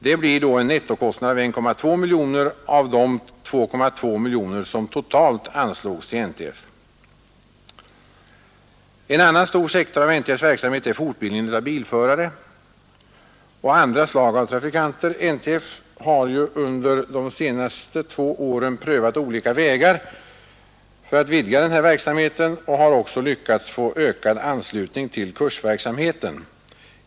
Det innebär en nettokostnad av 1,2 miljoner av de 2,2 miljoner som totalt anslogs till NTF. En annan stor sektor av NTF:s verksamhet är fortbildningen av bilförare och andra slag av trafikanter. NTF har under de senaste två åren prövat olika vägar för att vidga denna verksamhet och har också lyckats få ökad anslutning till kursverksamheten.